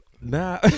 Nah